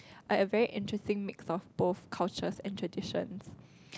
and a very interesting mix of both cultures and traditions